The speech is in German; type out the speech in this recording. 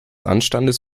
anstandes